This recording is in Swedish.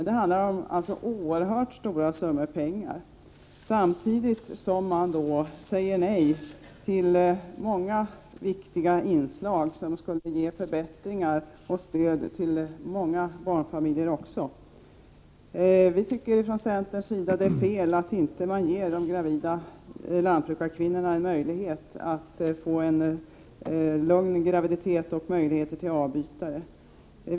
Det handlar alltså om oerhört stora summor pengar, samtidigt som man säger nej till många viktiga inslag, som skulle ge förbättringar och stöd också till många barnfamiljer. Vi i centern anser att det är fel att inte ge de gravida lanbrukarkvinnorna möjlighet att få en lugn graviditet och möjlighet till avbytare.